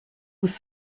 was